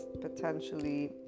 potentially